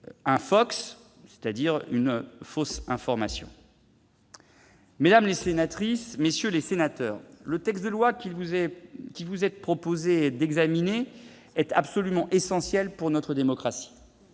infox, c'est-à-dire une fausse information ! Mesdames, messieurs les sénateurs, la proposition de loi qu'il vous est proposé d'examiner est absolument essentielle pour notre démocratie.